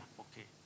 okay